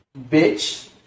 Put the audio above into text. Bitch